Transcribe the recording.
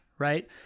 Right